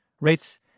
Rates